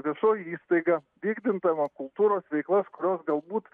viešoji įstaiga vykdydama kultūros veiklas kurios galbūt